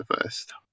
first